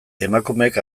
emakumeek